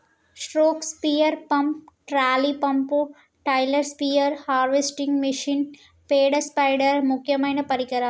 stroke sprayer pump, trolley pump, trailer spare, harvesting machine, పేడ spider ముక్యమైన పరికరాలు